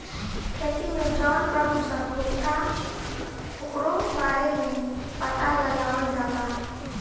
खेती से जवन प्रदूषण होखता ओकरो बारे में पाता लगावल जाता